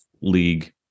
league